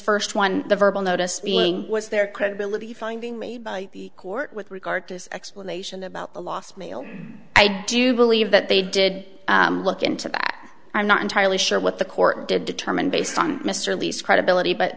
first one the verbal notice being was there credibility finding made by the court with regard to his explanation about the last meal i do believe that they did look into back i'm not entirely sure what the court did determine based on mr leask credibility but